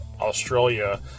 Australia